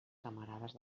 camarades